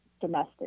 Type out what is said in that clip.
domestic